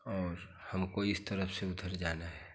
और हमको इस तरफ से उधर जाना है